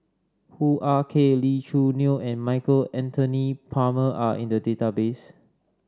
Hoo Ah Kay Lee Choo Neo and Michael Anthony Palmer are in the database